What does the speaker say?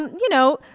you know,